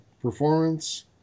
performance